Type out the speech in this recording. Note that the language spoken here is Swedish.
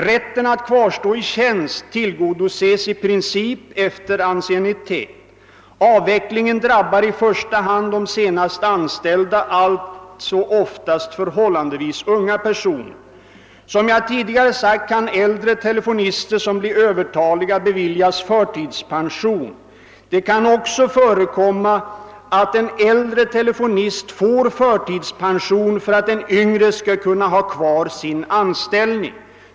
Rätten att kvarstå i tjänst tillgodoses i princip efter anciennitet. Avvecklingen drabbar i första hand de senast anställda, alltså förhållandevis unga personer. Som jag tidigare sagt kan äldre telefonister som blir övertaliga beviljas förtidspension. Det kan också förekomma, att en äldre telefonist får förtidspension för att en yngre skall kunna ha kvar sin anställning.